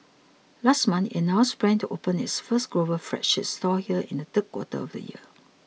last month it announced plans to open its first global flagship store here in the third quarter of this year